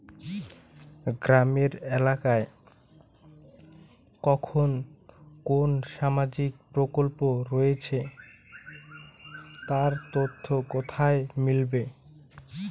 গ্রামের এলাকায় কখন কোন সামাজিক প্রকল্প রয়েছে তার তথ্য কোথায় মিলবে?